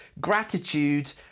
gratitude